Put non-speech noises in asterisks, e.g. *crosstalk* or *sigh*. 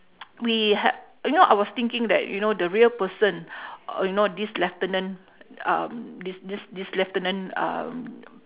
*noise* we ha~ you know I was thinking that you know the real person *breath* uh you know this lieutenant um this this this lieutenant um